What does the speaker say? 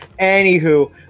Anywho